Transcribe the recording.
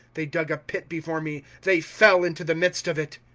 they dug a pit before me they fell into the midst of it.